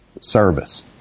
service